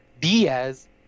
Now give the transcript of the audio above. Diaz